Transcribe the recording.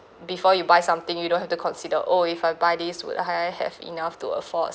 before you buy something you don't have to consider oh if I buy this would I have enough to afford